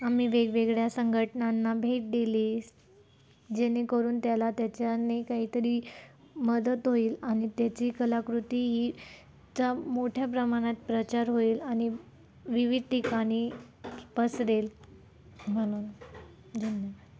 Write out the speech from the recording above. आम्ही वेगवेगळ्या संघटनांना भेट दिली जेणेकरून त्याला त्याच्याने काहीतरी मदत होईल आणि त्याची कलाकृती ही चा मोठ्या प्रमाणात प्रचार होईल आणि विविध ठिकाणी पसरेल म्हणून धन्यवाद